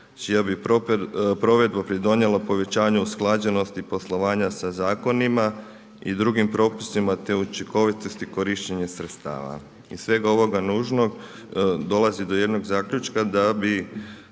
čija bi provedba pridonijela povećanju usklađenosti poslovanja sa zakonima i drugim propisima te učinkovitosti korištenja sredstava. Iz svega ovoga nužnog dolazi do jednog zaključka da bi